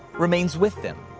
remains with them.